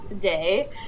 day